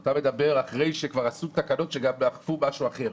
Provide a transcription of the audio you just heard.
אתה מדבר אחרי שכבר עשו תקנות שגם אכפו משהו אחר.